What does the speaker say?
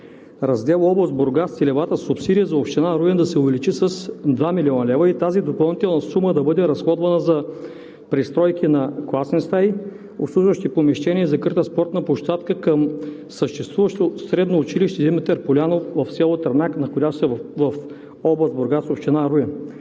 Раздел „Област Бургас“ целевата субсидия за община Руен да се увеличи с 2 млн. лв. и тази допълнителна сума да бъде разходвана за пристройки на класни стаи и обслужващи помещения, както и за закрита спортна площадка към съществуващо средно училище „Димитър Полянов“ в село Трънак, находящо се в област Бургас, община Руен.